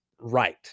right